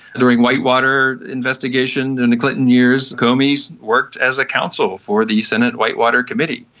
during whitewater investigation in the clinton years, comey worked as a council for the senate whitewater committee,